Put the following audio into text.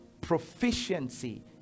proficiency